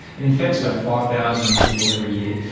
it infects about five thousand people every year,